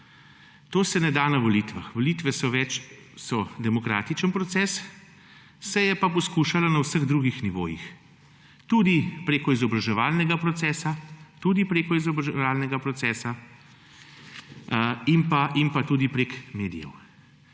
To se ne da na volitvah. Volitve so demokratičen proces. Se je pa poskušalo na vseh drugih nivojih, tudi preko izobraževalnega procesa in pa tudi preko medijev.